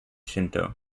shinto